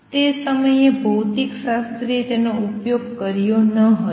તે સમયે ભૌતિકશાસ્ત્રીએ તેમનો ઉપયોગ કર્યો ન હતો